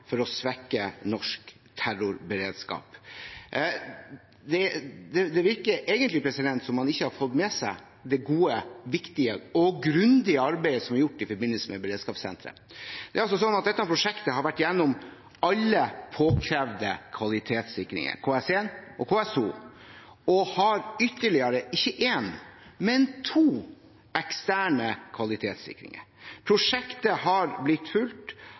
for å svekke norsk terrorberedskap. Det virker egentlig som om man ikke har fått med seg det gode, viktige og grundige arbeidet som er gjort i forbindelse med beredskapssenteret. Det er slik at dette prosjektet har vært gjennom alle påkrevde kvalitetssikringer, KS1 og KS2. Ytterligere har det vært ikke én, men to eksterne kvalitetssikringer. Prosjektet har blitt fulgt